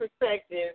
perspective